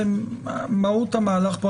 מהות המהלך פה,